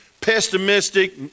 pessimistic